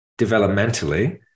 developmentally